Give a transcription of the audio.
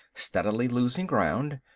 steadily losing ground.